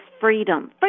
freedom